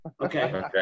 Okay